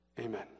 Amen